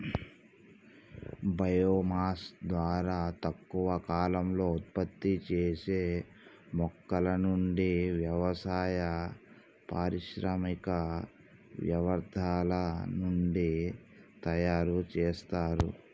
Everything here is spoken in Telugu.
బయో మాస్ ద్వారా తక్కువ కాలంలో ఉత్పత్తి చేసే మొక్కల నుండి, వ్యవసాయ, పారిశ్రామిక వ్యర్థాల నుండి తయరు చేస్తారు